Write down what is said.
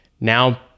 now